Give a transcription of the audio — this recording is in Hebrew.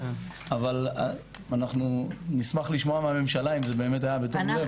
אבל אנחנו נשמח לשמוע מהממשלה אם זה באמת היה בתום לב.